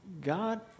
God